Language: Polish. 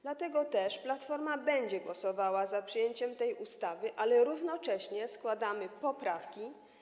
Dlatego też Platforma będzie głosowała za przyjęciem tej ustawy, ale równocześnie składamy poprawki.